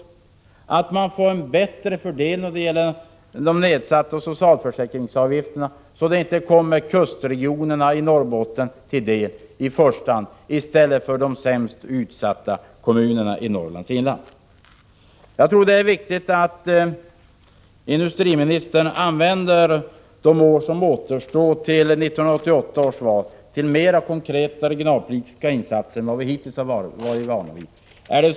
Man bör få en bättre fördelning när det gäller de nedsatta socialförsäkringsavgifterna, så att de inte i första hand kommer kustregionerna i Norrbotten till del i stället för de sämst ställda kommunerna i Norrlands inland. Jag tror att det är viktigt att industriministern använder de år som återstår till 1988 års val till mera konkreta regionalpolitiska insatser än vad vi hittills har varit vana vid.